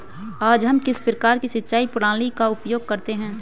आज हम किस प्रकार की सिंचाई प्रणाली का उपयोग करते हैं?